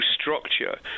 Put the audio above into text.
structure